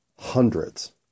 Hundreds